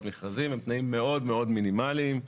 מכרזים והם תנאים מאוד-מאוד מינימליים,